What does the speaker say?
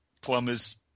plumbers